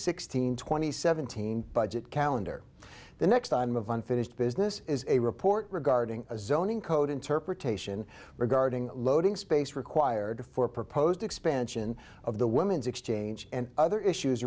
sixteen twenty seventeen budget calendar the next item of unfinished business is a report regarding zoning code interpretation regarding loading space required for a proposed expansion of the women's exchange and other issues